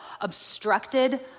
obstructed